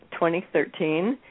2013